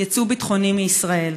יצוא ביטחוני מישראל,